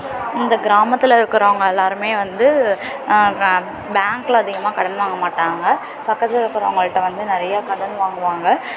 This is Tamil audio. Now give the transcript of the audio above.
இந்த கிராமத்தில் இருக்கிறவங்க எல்லோருமே வந்து க பேங்க்கில்அதிகமாக கடன் வாங்க மாட்டாங்க பக்கத்தில் இருக்கிறவங்கள்ட்ட வந்து நிறையா கடன் வாங்குவாங்க